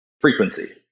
Frequency